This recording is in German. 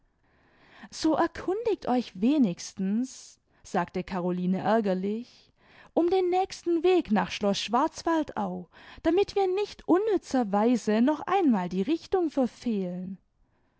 so erkundigt euch wenigstens sagte caroline ärgerlich um den nächsten weg nach schloß schwarzwaldau damit wir nicht unnützerweise noch einmal die richtung verfehlen